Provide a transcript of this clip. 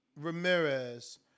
Ramirez